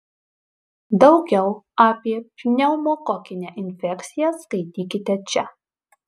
daugiau apie pneumokokinę infekciją skaitykite čia